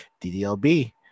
DDLB